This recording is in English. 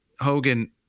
hogan